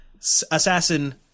assassin